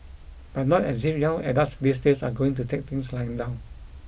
and not as if young adults these days are going to take things lying down